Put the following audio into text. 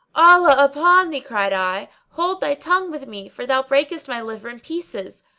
allah upon thee, cried i, hold thy tongue with me, for thou breakest my liver in pieces.